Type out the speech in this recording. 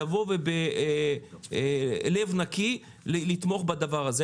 לבוא ובלב נקי לתמוך בדבר הזה.